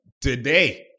today